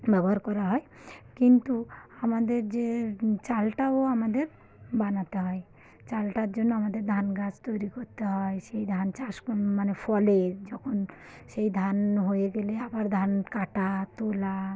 ব্যবহার করা হয় কিন্তু আমাদের যে চালটাও আমাদের বানাতে হয় চালটার জন্য আমাদের ধান গাছ তৈরি করতে হয় সেই ধান চাষ মানে ফলে যখন সেই ধান হয়ে গেলে আবার ধান কাটা তোলা